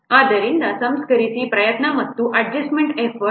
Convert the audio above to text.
ಆದ್ದರಿಂದ ಸಂಸ್ಕರಿಸಿದ ಪ್ರಯತ್ನ ಅಥವಾ ಅಡ್ಜಸ್ಟ್ಮೆಂಟ್ ಎಫರ್ಟ್ 26